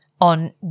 on